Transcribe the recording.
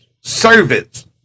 servants